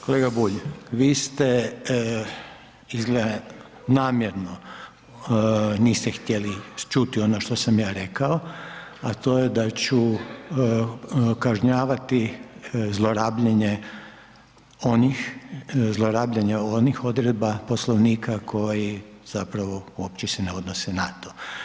Kolega Bulj, vi ste izgleda namjerno niste htjeli čuti ono što sam ja rekao, a to je da ću kažnjavati zlorabljenje onih, zlorabljenje onih odredba Poslovnika koji zapravo uopće se ne odnose na to.